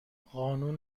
قانون